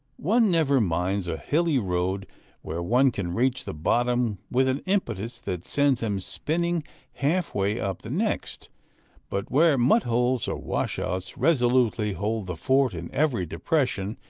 one never minds a hilly road where one can reach the bottom with an impetus that sends him spinning half-way up the next but where mud-holes or washouts resolutely hold the fort in every depression,